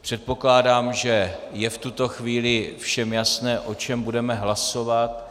Předpokládám, že je v tuto chvíli všem jasné, o čem budeme hlasovat.